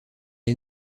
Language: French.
est